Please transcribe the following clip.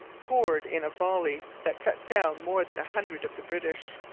poured in a volley that cut down more than a hundred of the british.